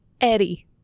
Eddie